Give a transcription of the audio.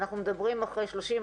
אנחנו מדברים אחרי 30,